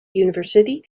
university